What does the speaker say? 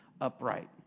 upright